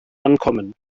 ankommen